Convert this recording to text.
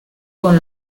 con